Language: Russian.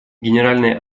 генеральная